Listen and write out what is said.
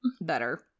better